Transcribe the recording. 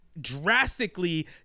drastically